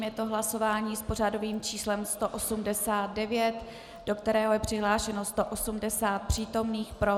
Je to hlasování s pořadovým číslem 189, do kterého je přihlášeno 180 přítomných, pro 163.